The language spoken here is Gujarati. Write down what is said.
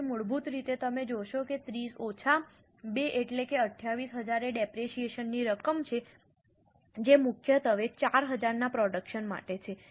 તેથી મૂળભૂત રીતે તમે જોશો કે 30 ઓછા 2 એટલે કે 28000 એ ડેપરેશીયેશન ની રકમ છે જે મુખ્યત્વે 4000 ના પ્રોડક્શન માટે છે